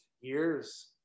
years